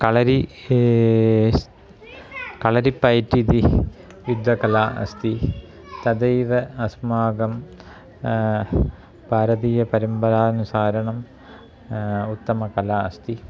कळरि कळरिपैट् इति युद्धकला अस्ति तदेव अस्माकं भारतीयपरम्परानुसारणम् उत्तमकला अस्ति